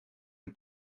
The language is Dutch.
een